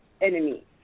enemies